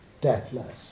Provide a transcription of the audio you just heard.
deathless